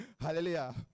Hallelujah